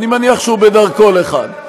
אני מניח שהוא בדרכו לכאן.